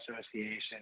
Association